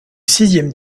sixième